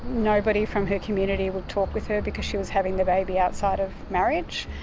nobody from her community would talk with her because she was having the baby outside of marriage,